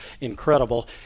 incredible